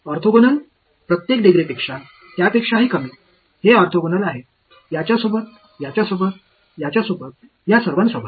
orthogonal प्रत्येक डिग्रीपेक्षा त्यापेक्षाही कमी हे ऑर्थोगोनल आहे याच्यासोबत याच्यासोबत याच्यासोबत या सर्वांसोबत